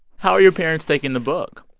how are your parents taking the book?